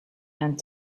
and